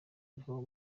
ariho